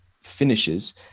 finishes